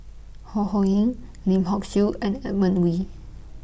Ho Ho Ying Lim Hock Siew and Edmund Wee